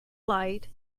light